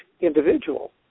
individual